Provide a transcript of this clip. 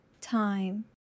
time